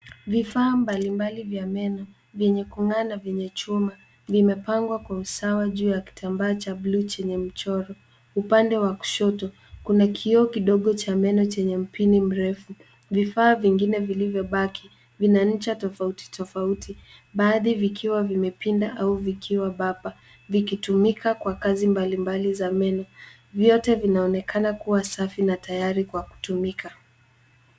Vifaa mbalimbali vya meno vyenye kung'aa na vyenye chuma vimepangwa kwa usawa juu ya kitamba cha buluu chenye michoro upande wa kushoto, kuna kioo kidogo cha meno chenye mpini mrefu, vifaa vingine vilivyobaki vina ncha tofauti tofauti baadhi vikiwa vimepinda au vikiwa bapa, vikitumika kwa kazi mbalimbali za meno, vyote vinaonekana kuwa safi na tayari kwa kutumika.